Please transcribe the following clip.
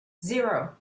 zero